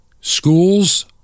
Schools